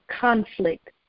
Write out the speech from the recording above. conflict